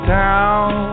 town